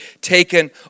taken